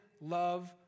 love